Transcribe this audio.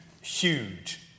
huge